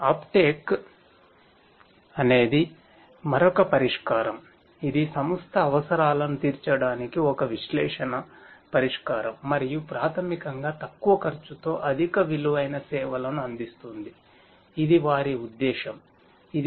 uptake చేసేది